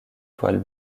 toiles